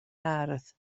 ardd